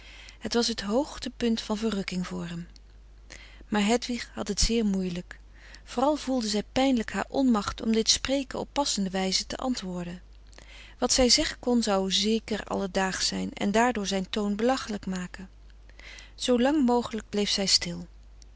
het was het hoogte punt van verrukking voor hem maar hedwig had het zeer moeielijk vooral voelde zij pijnlijk haar onmacht om dit spreken op passende wijze te antwoorden wat zij zeggen kon zou zeker alledaagsch zijn en daardoor zijn toon belachelijk maken zoo lang mogelijk bleef zij stil